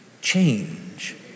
change